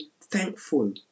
thankful